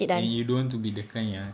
and you don't want to be the kind yang